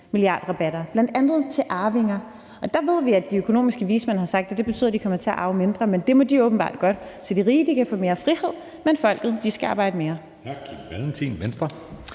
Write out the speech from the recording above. milliardrabatter, bl.a. til arvinger. Og der ved vi, at de økonomiske vismænd har sagt, at det betyder, at de kommer til at arve mindre, men det må de åbenbart godt. Så de rige kan få mere frihed, men Folket skal arbejde mere.